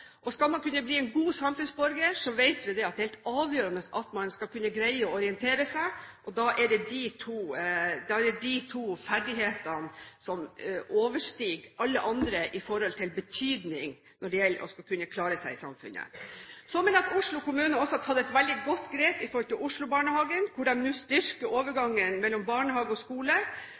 Skal man kunne bli en god samfunnsborger, vet vi at det er helt avgjørende at man må greie å orientere seg. Da er det de to ferdighetene som overstiger alle andre i forhold til betydning når det gjelder å skulle klare seg i samfunnet. Så mener jeg at Oslo kommune også har tatt et veldig godt grep når det gjelder Oslo-barnehagene, hvor de nå styrker overgangen mellom barnehage og skole,